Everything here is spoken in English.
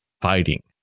fighting